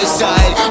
side